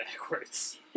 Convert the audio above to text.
backwards